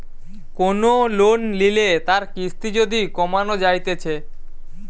কোন লোন লিলে তার কিস্তি যদি কমানো যাইতেছে